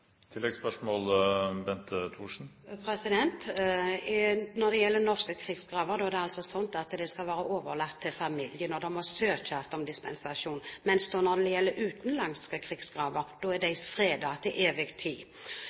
Når det gjelder norske krigsgraver, er det altså slik at det skal være overlatt til familien, og det må søkes om dispensasjon, mens utenlandske krigsgraver er fredet til evig tid. I høringsbrevet om endringer i gravferdsloven og kirkeloven ivaretas også kun utenlandske krigsgraver.